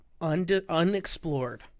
unexplored